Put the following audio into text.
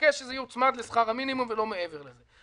מבקש שזה יוצמד לשכר המינימום ולא מעבר לזה.